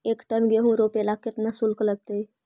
एक टन गेहूं रोपेला केतना शुल्क लगतई?